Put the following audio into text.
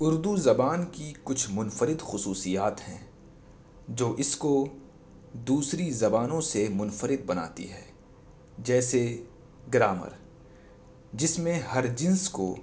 اردو زبان کی کچھ منفرد خصوصیات ہیں جو اس کو دوسری زبانوں سے منفرد بناتی ہیں جیسے گرامر جس میں ہر جنس کو